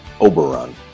Oberon